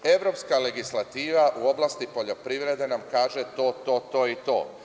Evropska legislativa u oblasti poljoprivrede nam kaže to, to i to.